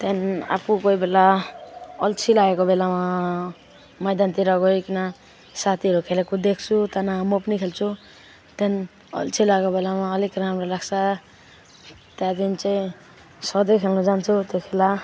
त्यहाँदेखिन् आफू कोहीबेला अल्छी लागेको बेलामा मैदानतिर गइकन साथीहरू खेलेको देख्छु त्यहाँ न म पनि खेल्छु त्यहाँदेखिन् अल्छी लागेको बेलामा अलिक राम्रो लाग्छ त्यहाँदेखिन् चाहिँ सधैँ खेल्नु जान्छु त्यो खेला